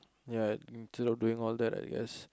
ya instead of doing all that I guess